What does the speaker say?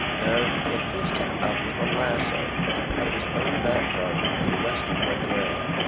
though he had fished him up with a lasso out of his own back garden, in western bulgaria,